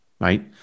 Right